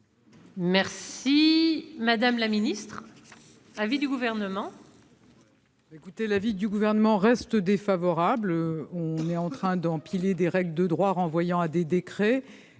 Quel est l'avis du Gouvernement ? L'avis du Gouvernement reste défavorable. On est en train d'empiler des règles de droit, en renvoyant à des décrets,